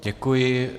Děkuji.